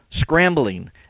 scrambling